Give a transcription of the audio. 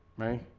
me